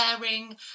wearing